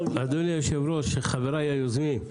אדוני היו"ר, חבריי היוזמים.